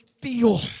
feel